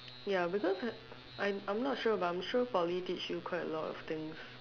ya because I'm I'm not sure but I'm sure Poly teach you quite a lot of things